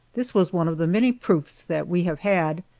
this was one of the many proofs that we have had,